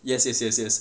yes yes yes yes